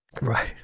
Right